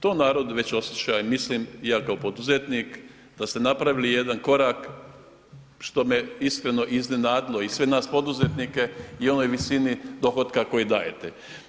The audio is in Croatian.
To narod već osjeća i mislim i ja kao poduzetnik da ste napravili jedan korak, što me iskreno iznenadilo i sve nas poduzetnike, i onoj visini dohotka koji dajete.